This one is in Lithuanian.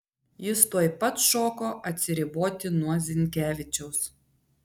jis tuoj pat šoko atsiriboti nuo zinkevičiaus